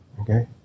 Okay